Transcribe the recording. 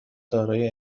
دارای